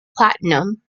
platinum